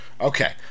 Okay